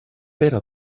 pere